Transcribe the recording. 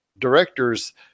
directors